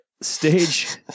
Stage